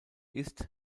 ist